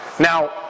Now